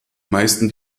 meisten